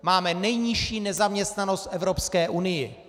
Máme nejnižší nezaměstnanost v Evropské unii.